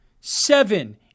Seven